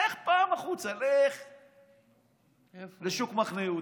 לך פעם החוצה, לך לשוק מחנה יהודה,